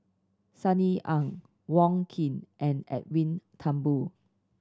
Sunny Ang Wong Keen and Edwin Thumboo